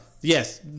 Yes